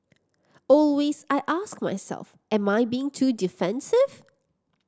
always I ask myself am I being too defensive